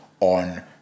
on